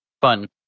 Fun